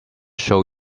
show